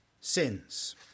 sins